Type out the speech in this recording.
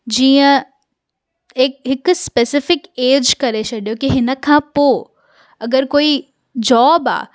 जीअं एक हिकु स्पेसेफ़िक एज करे छॾियो की हिन खां पोइ अगरि कोई जॉब आहे